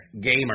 Gamer